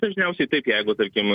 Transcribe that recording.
dažniausiai taip jeigu tarkim